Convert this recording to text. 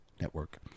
network